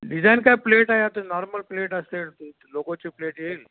design काय plate आहे आता नॉर्मल प्लेट असते ते लोगोचे प्लेट येईल